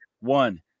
one